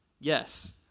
Yes